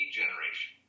generation